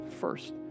first